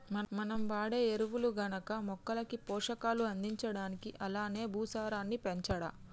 మనం వాడే ఎరువులు గనక మొక్కలకి పోషకాలు అందించడానికి అలానే భూసారాన్ని పెంచడా